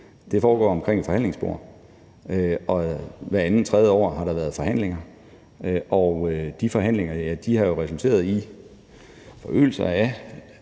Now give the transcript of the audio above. Det foregår omkring et forhandlingsbord, og hver andet-tredje år har der været forhandlinger, og de forhandlinger har jo resulteret i forøgelse af